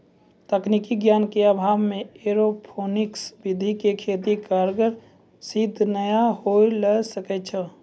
तकनीकी ज्ञान के अभाव मॅ एरोपोनिक्स विधि के खेती कारगर सिद्ध नाय होय ल सकै छो